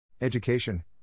Education